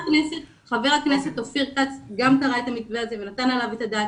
גם חבר הכנסת אופיר כץ קרא את המתווה הזה ונתן עליו את הדעת.